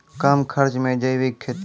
कम खर्च मे जैविक खेती?